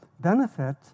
benefit